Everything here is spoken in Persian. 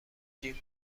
جیم